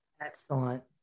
Excellent